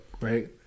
Right